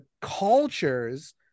cultures